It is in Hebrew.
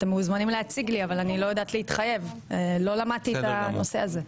אני לא יודעת להתחייב, לא למדתי את הנושא הזה.